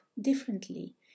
differently